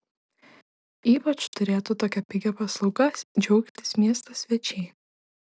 ypač turėtų tokia pigia paslauga džiaugtis miesto svečiai